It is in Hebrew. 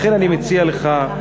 לכן אני מציע לך,